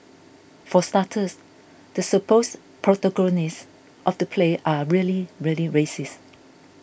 for starters the supposed 'protagonists' of the play are really really racist